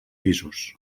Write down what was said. pisos